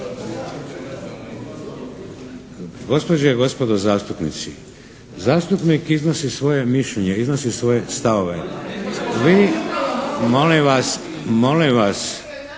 Gospođe i gospodo zastupnici, zastupnik iznosi svoje mišljenje, iznosi svoje stavove. Mi, molim vas, molim vas.